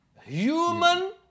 human